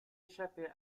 échappée